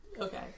Okay